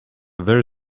there